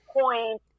point